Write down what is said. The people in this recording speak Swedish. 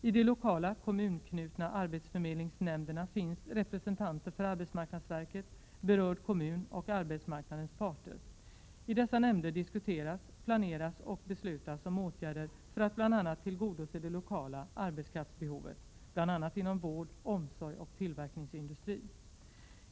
I de lokala kommunanknutna arbetsförmedlingsnämnderna finns representanter för arbetsmarknadsverket, berörd kommun och arbetsmarknadens parter. I dessa nämnder diskuteras, planeras och beslutas om åtgärder för att bl.a. tillgodose det lokala arbetskraftsbehovet, bl.a. inom vård, omsorg och tillverkningsindustri.